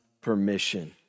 permission